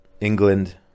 England